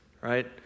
right